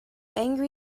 angry